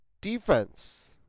defense